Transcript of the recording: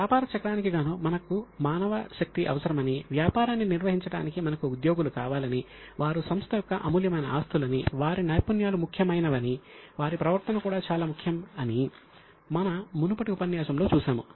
వ్యాపార చక్రానికి గాను మనకు మానవ శక్తి అవసరమని వ్యాపారాన్ని నిర్వహించడానికి మనకు ఉద్యోగులు కావాలని వారు సంస్థ యొక్క అమూల్యమైన ఆస్తులని వారి నైపుణ్యాలు ముఖ్యమైనవని వారి ప్రవర్తన కూడా చాలా ముఖ్యం అని మన మునుపటి ఉపన్యాసంలో చూశాము